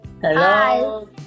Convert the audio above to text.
Hello